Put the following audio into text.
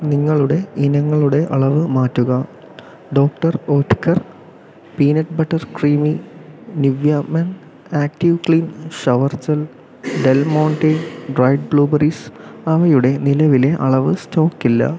നിങ്ങളുടെ ഇനങ്ങളുടെ അളവ് മാറ്റുക doctor peanut butter creamy Nivea men active clean shower gel Del Monte dried blueberries അവയുടെ നിലവിലെ അളവ് സ്റ്റോക്കില്ല